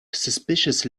suspicious